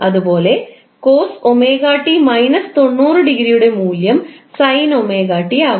അതുപോലെ cos𝜔𝑡 − 90 യുടെ മൂല്യം sin 𝜔𝑡 ആകും